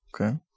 Okay